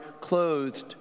clothed